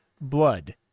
blood